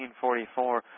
1944